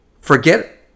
Forget